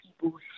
people